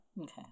okay